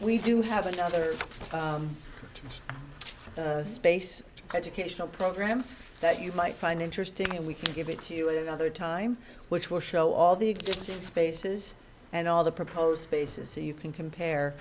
we do have another space educational program that you might find interesting and we can give it to you in other time which will show all the existing spaces and all the proposed spaces so you can compare